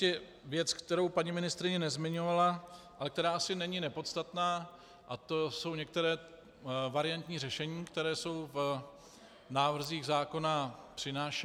Ještě věc, kterou paní ministryně nezmiňovala, ale která asi není nepodstatná, a to jsou některá variantní řešení, která jsou v návrzích zákona přinášena.